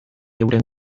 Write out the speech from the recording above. euren